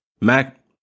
Mac